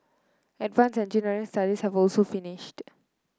advance engineering studies have also finished